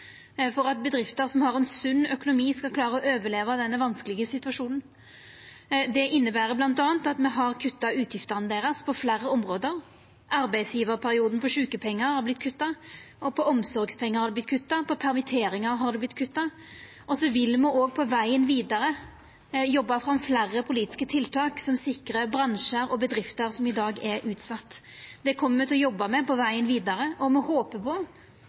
for at bedrifter som har ein sunn økonomi, skal klara å overleva denne vanskelege situasjonen. Det inneber bl.a. at me har kutta utgiftene deira på fleire område. Arbeidsgjevarperioden for sjukepengar har vorte kutta, på omsorgspengar har det vorte kutta, og på permitteringar har det vorte kutta. Så vil me òg på vegen vidare jobba for fleire politiske tiltak som sikrar bransjar og bedrifter som i dag er utsette. Det kjem me til å jobba med på vegen vidare, og me håpar på